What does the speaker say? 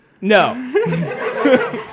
No